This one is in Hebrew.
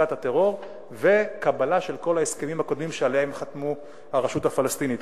הפסקת הטרור וקבלה של כל ההסכמים הקודמים שעליהם חתמה הרשות הפלסטינית.